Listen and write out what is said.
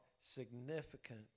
significant